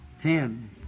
Ten